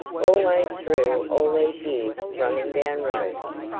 always through all these years running down rogues!